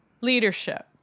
Leadership